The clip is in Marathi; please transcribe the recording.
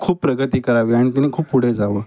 खूप प्रगती करावी आणि तिने खूप पुढे जावं